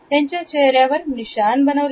त्यांच्या चेहऱ्यावर निशान बनवले